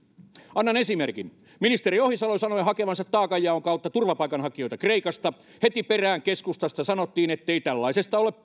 annan esimerkin ministeri ohisalo sanoi hakevansa taakanjaon kautta turvapaikanhakijoita kreikasta heti perään keskustasta sanottiin ettei tällaisesta ole